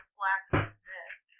blacksmith